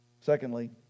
Secondly